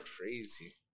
Crazy